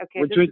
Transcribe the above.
Okay